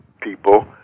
people